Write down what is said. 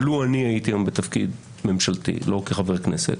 אבל לו אני הייתי היום בתפקיד ממשלתי לא כחבר כנסת,